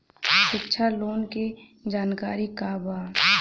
शिक्षा लोन के जानकारी का बा?